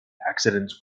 accidents